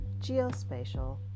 geospatial